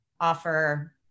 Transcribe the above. offer